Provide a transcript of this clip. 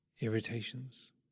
irritations